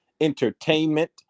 entertainment